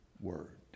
word